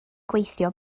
gweithio